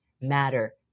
matter